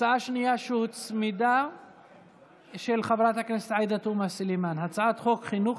וכמי שעברה הכשרה בארגונים בין-לאומיים לסיוע לחיות הבר,